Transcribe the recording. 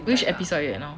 which episode you at now